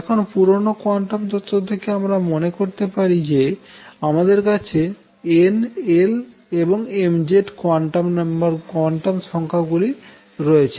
এখন পুরনো কোয়ান্টাম তত্ত্ব থেকে আমরা মনে করতে পারি যে আমদের কাছে n l এবং mzকোয়ান্টাম সংখ্যাগুলি রয়েছে